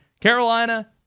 Carolina